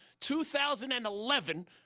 2011